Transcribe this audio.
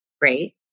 great